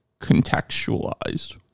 contextualized